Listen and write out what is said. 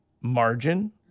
margin